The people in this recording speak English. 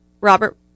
Robert